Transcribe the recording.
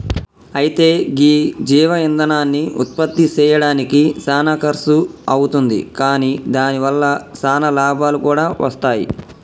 అయితే గీ జీవ ఇందనాన్ని ఉత్పప్తి సెయ్యడానికి సానా ఖర్సు అవుతుంది కాని దాని వల్ల సానా లాభాలు కూడా వస్తాయి